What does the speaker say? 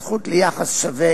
הזכות ליחס שווה